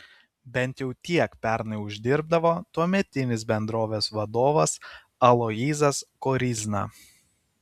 bent jau tiek pernai uždirbdavo tuometinis bendrovės vadovas aloyzas koryzna